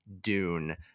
dune